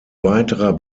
weiterer